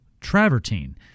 travertine